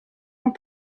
ans